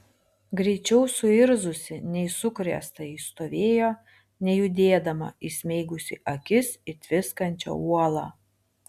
greičiau suirzusi nei sukrėstąjį stovėjo nejudėdama įsmeigusi akis į tviskančią uolą